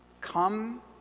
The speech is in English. come